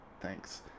Thanks